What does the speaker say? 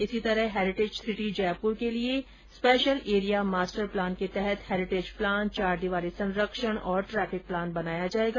इसी प्रकार heritage city Jaipur के लिए स्पेशल एरिया मास्टर प्लान के तहत हैरिटेज प्लान चारदीवारी संरक्षण और ट्रैफिक प्लान बनाया जाएगा